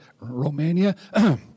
Romania